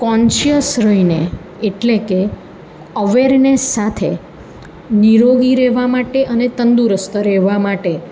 conscious રહીને એટલે કે અવેરનેસ સાથે નિરોગી રહેવા માટે અને તંદુરસ્ત રહેવા માટે